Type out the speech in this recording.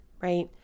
right